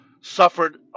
suffered